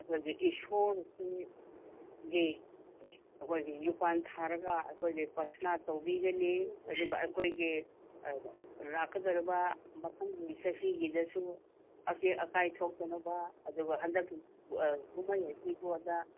ꯑꯩꯈꯣꯏꯒꯤ ꯏꯁꯣꯔꯁꯤ ꯒꯤ ꯑꯩꯈꯣꯏꯒꯤ ꯌꯨꯄꯥꯟ ꯊꯥꯔꯒ ꯑꯩꯈꯣꯏꯒꯤ ꯄꯔꯊꯥꯅ ꯇꯧꯕꯤꯒꯅꯤ ꯑꯗꯨꯒ ꯑꯩꯈꯣꯏꯒꯤ ꯂꯥꯛꯀꯗꯣꯔꯤꯕ ꯃꯊꯪꯒꯤ ꯆꯍꯤꯒꯤꯗꯁꯨ ꯑꯇꯦꯛ ꯑꯀꯥꯏ ꯊꯣꯛꯇꯅꯕ ꯑꯗꯨꯒ ꯍꯟꯗꯛꯀꯤꯁꯨ ꯀꯨꯝꯍꯩ ꯑꯁꯤꯕꯨꯗ